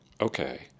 okay